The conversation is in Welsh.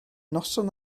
noson